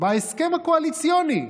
בהסכם הקואליציוני.